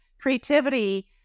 creativity